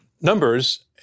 numbers